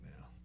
now